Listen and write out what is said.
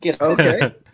Okay